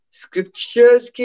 scriptures